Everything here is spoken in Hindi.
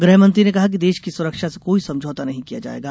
गृहमंत्री ने कहा कि देश की सुरक्षा से कोई समझौता नहीं किया जाएगा